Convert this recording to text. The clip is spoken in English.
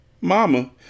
Mama